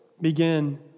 begin